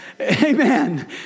Amen